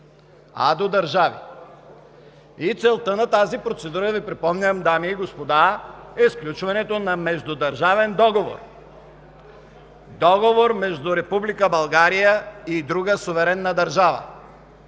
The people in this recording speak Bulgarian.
а до държави и целта на тази процедура припомням Ви, дами и господа, е сключването на междудържавен договор, договор между Република България и друга суверенна държава,